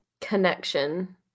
connection